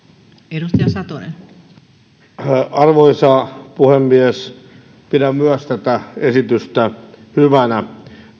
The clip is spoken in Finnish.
arvoisa puhemies myös minä pidän tätä esitystä hyvänä